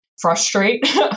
frustrate